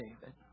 David